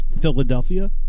Philadelphia